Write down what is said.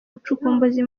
ubucukumbuzi